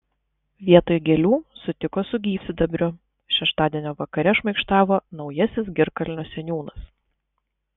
vietoj gėlių sutiko su gyvsidabriu šeštadienio vakare šmaikštavo naujasis girkalnio seniūnas